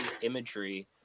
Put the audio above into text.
imagery